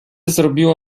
zrobiło